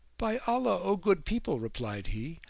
by allah, o good people, replied he,